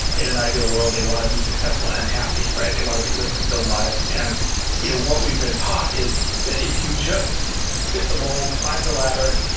in an ideal world, they want to be successful and happy, right? they want to live fulfilled lives and you know what we've been taught is that if you just fit the mold, climb the ladder,